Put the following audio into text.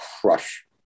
crush